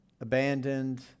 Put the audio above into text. abandoned